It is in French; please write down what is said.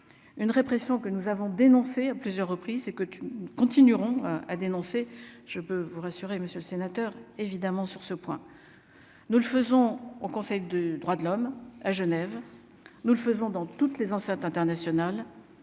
une répression que nous avons dénoncé à plusieurs reprises et que tu nous continuerons à dénoncer, je peux vous rassurer, Monsieur le Sénateur, évidemment, sur ce point, nous le faisons au conseil de droits de l'homme à Genève, nous le faisons dans toutes les enceintes internationales